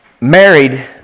married